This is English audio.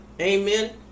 Amen